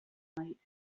night